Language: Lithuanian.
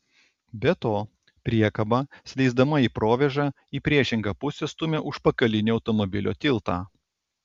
be to priekaba slysdama į provėžą į priešingą pusę stumia užpakalinį automobilio tiltą